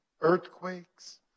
earthquakes